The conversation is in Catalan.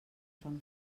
fan